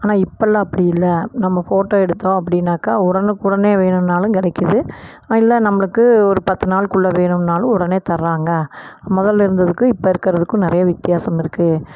ஆனால் இப்போல்லா அப்படி இல்லை நம்ம போட்டோ எடுத்தோம் அப்படின்னாக்கா உடனுக்குடனே வேணுன்னாலும் கிடைக்குது இல்லை நம்பளுக்கு ஒரு பத்து நாள்குள்ளே வேணுன்னாலும் உடனே தர்றாங்க மொதலில் இருந்ததுக்கு இப்போ இருக்கிறதுக்கும் நிறையா வித்தியாசம் இருக்குது